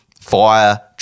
fire –